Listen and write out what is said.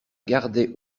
gardait